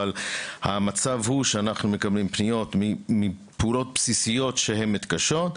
אבל המצב הוא שאנחנו מקבלים פניות מפעולות בסיסיות שהם מתקשים,